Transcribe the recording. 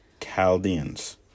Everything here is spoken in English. Chaldeans